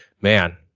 man